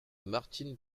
martine